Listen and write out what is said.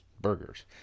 burgers